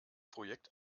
projekt